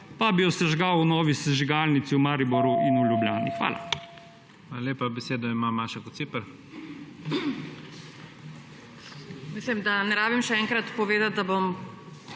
pa bi jo sežgal v novi sežigalnici v Mariboru in v Ljubljani. Hvala.